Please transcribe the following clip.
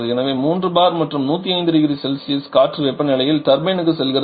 எனவே 3 bar மற்றும் 105 0C காற்று வெப்பநிலையில் டர்பைனுக்கு செல்கிறது